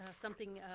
something